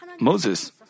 Moses